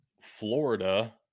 Florida